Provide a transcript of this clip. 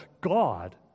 God